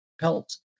pelts